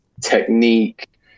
technique